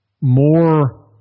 more